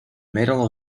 middle